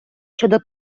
щодо